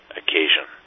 occasion